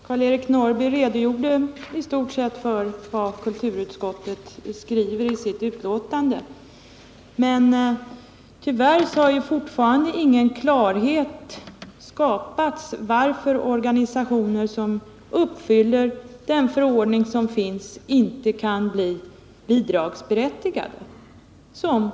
Herr talman! Karl-Eric Norrby redogjorde i stort sett för vad kulturutskottet skriver i sitt betänkande, men tyvärr har fortfarande ingen klarhet skapats om varför organisationer, som Kontaktnätet eller SSP, som uppfyller gällande förordning inte kan bli bidragsberättigade.